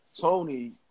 Tony